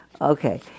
Okay